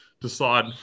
decide